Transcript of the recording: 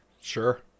Sure